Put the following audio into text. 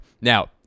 Now